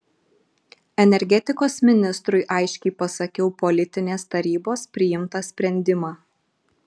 energetikos ministrui aiškiai pasakiau politinės tarybos priimtą sprendimą